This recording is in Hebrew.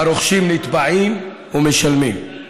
הרוכשים נתבעים ומשלמים.